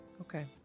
Okay